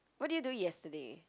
what did you do yesterday